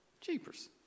Jeepers